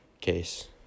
case